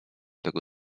tego